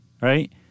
right